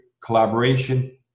collaboration